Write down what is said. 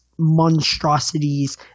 monstrosities